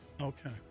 okay